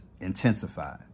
intensified